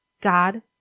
God